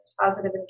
positive